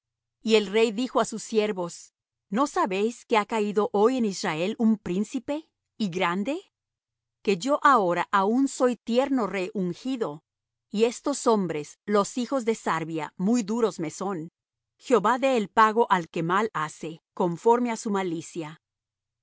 y el rey dijo á sus siervos no sabéis que ha caído hoy en israel un príncipe y grande que yo ahora aún soy tierno rey ungido y estos hombres los hijos de sarvia muy duros me son jehová dé el pago al que mal hace conforme á su malicia